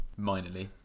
minorly